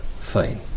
fine